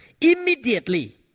Immediately